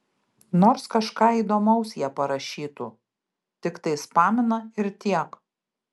nors kažką įdomaus jie parašytų tiktai spamina ir tiek